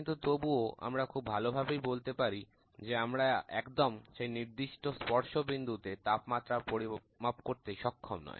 কিন্তু তবুও আমরা খুব ভালোভাবেই বলতে পারি যে আমরা একদম সেই নির্দিষ্ট স্পর্শ বিন্দুতে তাপমাত্রা পরিমাপ করতে সক্ষম নয়